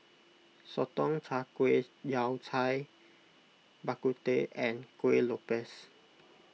Sotong Char Kway Yao Cai Bak Kut Teh and Kueh Lopes